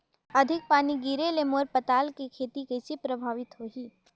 अधिक पानी गिरे ले मोर पताल के खेती कइसे प्रभावित होही?